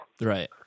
Right